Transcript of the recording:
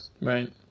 Right